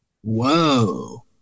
whoa